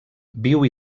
viu